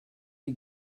die